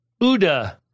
Uda